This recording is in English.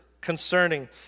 concerning